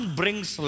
brings